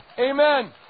Amen